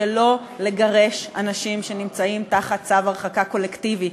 שלא לגרש אנשים שנמצאים תחת צו הרחקה קולקטיבי.